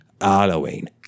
Halloween